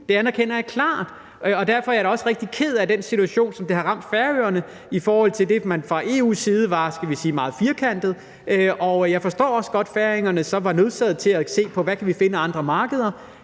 Det anerkender jeg klart, og derfor er jeg da også rigtig ked af den situation, som har ramt Færøerne i forhold til det, man fra EU's side var meget firkantet med, og jeg forstår også godt, at færingerne så var nødsaget til at se på, hvad de så kan finde af andre markeder.